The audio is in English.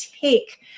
take